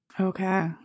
Okay